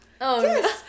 yes